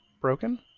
broken